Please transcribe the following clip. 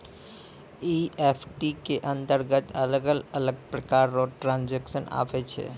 EFT के अंतरगत अलग अलग प्रकार रो ट्रांजेक्शन आवै छै